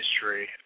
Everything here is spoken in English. history